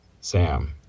Sam